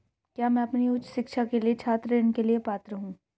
क्या मैं अपनी उच्च शिक्षा के लिए छात्र ऋण के लिए पात्र हूँ?